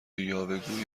یاوهگویی